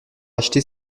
acheté